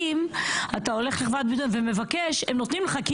אם אתה הולך לחברת ביטוח ומבקש הם נותנים לך.